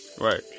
right